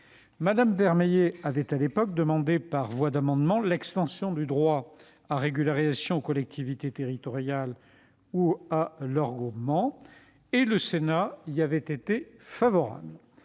Mme Vermeillet avait demandé à l'époque, par voie d'amendement, l'extension du droit à régularisation aux collectivités territoriales et à leurs groupements. Le Sénat y avait été favorable.